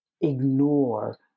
ignore